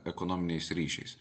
ekonominiais ryšiais